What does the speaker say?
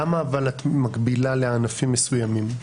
אבל למה את מגבילה לענפים מסוימים?